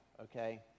okay